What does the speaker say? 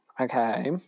Okay